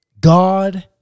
God